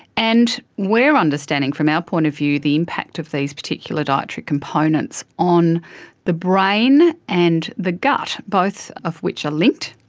and we are understanding from our point of view the impact of these particular dietary components on the brain and the gut, both of which are linked.